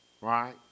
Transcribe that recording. Right